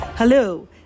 Hello